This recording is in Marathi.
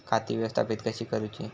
खाती व्यवस्थापित कशी करूची?